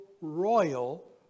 royal